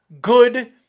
good